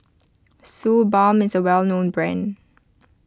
Suu Balm is a well known brand